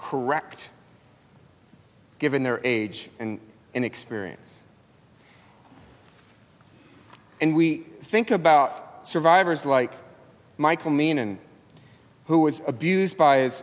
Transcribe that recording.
correct given their age and inexperience and we think about survivors like michael meehan who was abused by